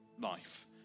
life